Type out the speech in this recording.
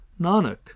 Nanak